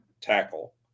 tackle